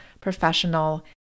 professional